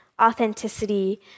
authenticity